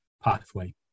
pathway